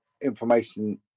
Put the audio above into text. information